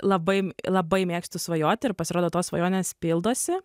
labai labai mėgstu svajoti ir pasirodo tos svajonės pildosi